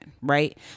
right